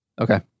Okay